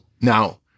Now